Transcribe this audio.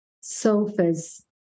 sofas